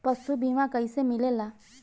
पशु बीमा कैसे मिलेला?